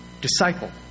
disciple